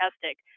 fantastic